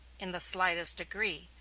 in the slightest degree,